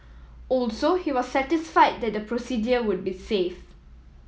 also he was satisfied that the procedure would be safe